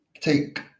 take